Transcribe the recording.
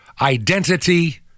identity